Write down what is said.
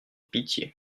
pitié